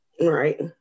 Right